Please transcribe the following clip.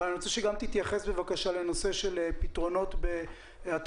אבל אני רוצה שתתייחס גם בבקשה לנושא של פתרונות בהטבות